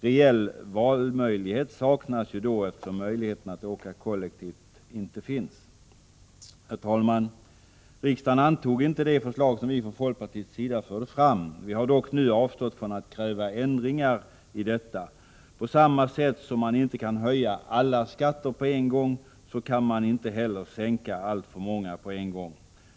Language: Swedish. Reell valmöjlighet saknas då eftersom möjligheten att åka kollektivt inte finns. Herr talman! Riksdagen antog inte det förslag som vi från folkpartiets sida förde fram. Vi har dock nu avstått från att kräva ändringar. På samma sätt som man inte kan höja alla skatter på en gång kan man inte heller sänka alltför många på en gång.